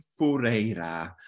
Fureira